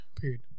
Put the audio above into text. period